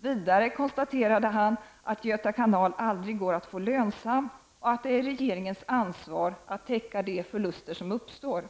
Vidare konstaterade han att Göta kanal aldrig går att få lönsam, och att det är regeringens ansvar att täcka de förluster som uppstår.